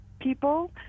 people